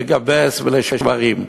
לגבס בשל שברים.